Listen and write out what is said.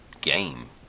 game